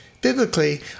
Biblically